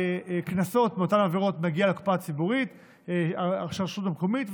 והקנסות מאותן עבירות מגיעות לקופה הציבורית של הרשות המקומית,